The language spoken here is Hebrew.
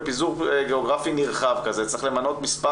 בפיזור גיאוגרפי נרחב כזה צריך למנות מספר